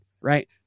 Right